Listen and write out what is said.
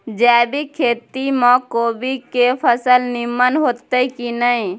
जैविक खेती म कोबी के फसल नीमन होतय की नय?